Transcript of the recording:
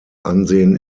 ansehen